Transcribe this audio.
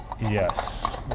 Yes